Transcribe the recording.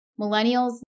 Millennials